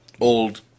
old